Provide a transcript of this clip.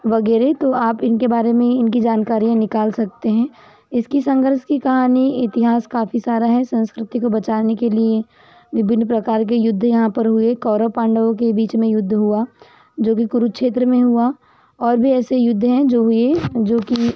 वगैरह तो आप इनके बारे में इनकी जानकारियाँ निकाल सकते हैं इसकी संघर्ष की कहानी इतिहास काफ़ी सारा है संस्कृति को बचाने के लिए विभिन्न प्रकार के युद्ध यहाँ पर हुए कौरव पांडवों के बीच में युद्ध हुआ जो कि कुरुक्षेत्र में हुआ और भी ऐसे युद्ध हैं जो ये जोकि